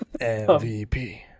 MVP